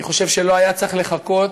אני חושב שלא היה צריך לחכות